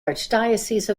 archdiocese